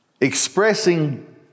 expressing